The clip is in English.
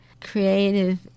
creative